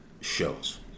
shows